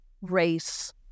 race